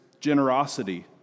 generosity